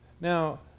Now